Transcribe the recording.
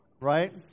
right